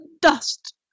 dust